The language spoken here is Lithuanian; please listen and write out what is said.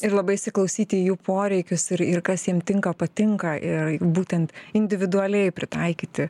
ir labai įsiklausyti į jų poreikius ir ir kas jiem tinka patinka ir būtent individualiai pritaikyti